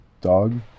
dog